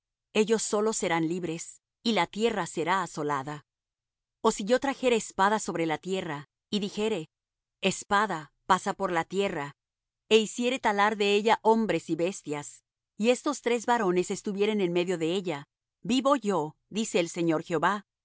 ellos solos serán libres y la tierra será asolada o si yo trajere espada sobre la tierra y dijere espada pasa por la tierra é hiciere talar de ella hombres y bestias y estos tres varones estuvieren en medio de ella vivo yo dice el señor jehová